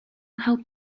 help